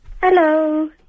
Hello